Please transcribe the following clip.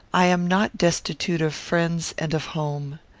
i am not destitute of friends and of home.